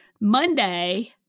Monday